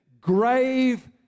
grave